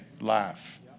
life